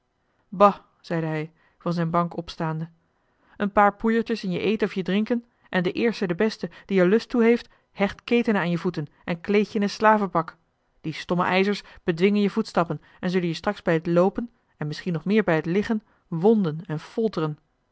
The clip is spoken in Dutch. bah zeide hij van zijn bank opstaande een paar poeiertjes in je eten of je drinken en de eerste de beste die er lust toe heeft hecht ketenen aan je voeten en kleedt je in een slavenpak die stomme ijzers bedwingen je voetstappen en zullen je straks joh h been paddeltje de scheepsjongen van michiel de ruijter bij het loopen en misschien nog meer bij het liggen wonden en folteren